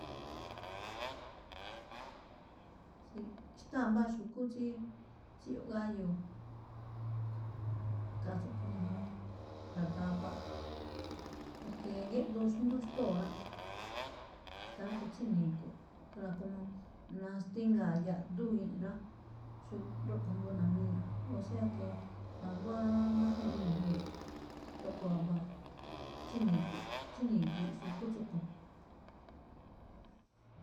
Xtáa mbáa xu̱kú tsí tsíyoꞌ gáyo̱o̱, khaa tsúꞌkho̱ ñajuun ra̱gabaꞌ, porque géꞌdoo xndú xtóo̱ rá, ikhaa rúꞌkho̱ tsíni̱gu̱ꞌ, óra̱ como nastíngaa̱ yaꞌdú rá, rúꞌkho̱ jngóo namíñuꞌ, o sea que na̱nguá máján iꞌnii̱ mijyu̱ꞌ, rúꞌkho̱ waba tsíni̱gu̱ꞌ, tsíni̱gui̱ꞌ xu̱kú tsúꞌkho̱.